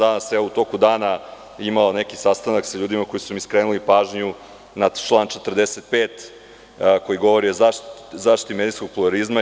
Danas u toku dana sam imao neki sastanak sa ljudima koji su mi skrenuli pažnju na član 45. koji govori o zaštiti medijskog pluralizma.